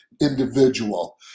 individual